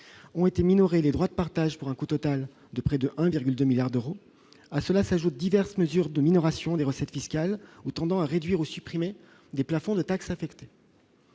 et à la minoration des droits de partage pour un coût total d'environ 2 milliards d'euros. À cela s'ajoutent diverses mesures de minoration des recettes fiscales ou tendant à réduire ou à supprimer des plafonds de taxes affectées.